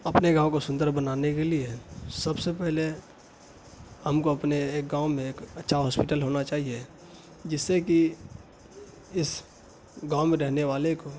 اپنے گاؤں کو سندر بنانے کے لیے سب سے پہلے ہم کو اپنے ایک گاؤں میں ایک اچھا ہاسپیٹل ہونا چاہیے جس سے کہ اس گاؤں میں رہنے والے کو